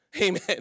Amen